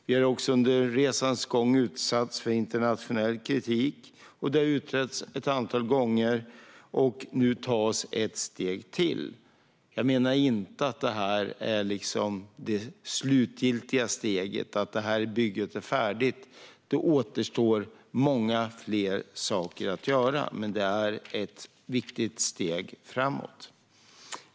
Vi har under resans gång utsatts för internationell kritik. Det har utretts ett antal gånger, och nu tas ett steg till. Jag menar inte att detta är det slutgiltiga steget eller att bygget är färdigt. Det återstår många fler saker att göra, men det är ett viktigt steg framåt.